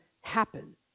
happen